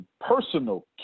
personal